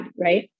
right